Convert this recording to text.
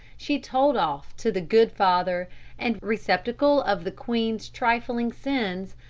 she told off to the good father and receptacle of the queen's trifling sins,